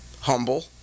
humble